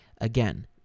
again